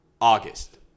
August